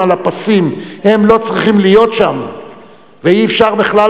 על הפסים הם לא צריכים להיות שם ואי-אפשר בכלל